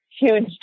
huge